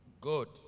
Good